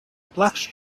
plush